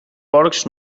porcs